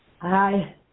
Hi